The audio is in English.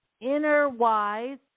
inner-wise